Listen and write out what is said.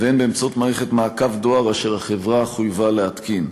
והן באמצעות מערכת מעקב דואר אשר החברה חויבה להתקין.